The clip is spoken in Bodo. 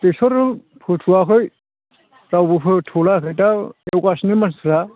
बेसर फोथ'वाखै रावबो फोथ'लायाखै दा एवगासिनो मानसिफोरा